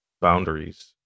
boundaries